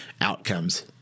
outcomes